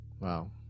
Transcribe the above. Wow